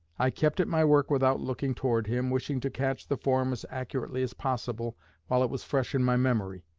i kept at my work without looking toward him, wishing to catch the form as accurately as possible while it was fresh in my memory.